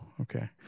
okay